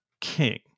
King